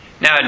Now